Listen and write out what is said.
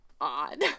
odd